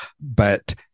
but-